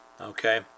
Okay